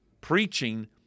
preaching